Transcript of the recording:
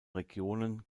regionen